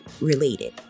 related